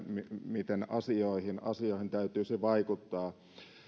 miten asioihin täytyisi vaikuttaa